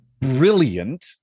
brilliant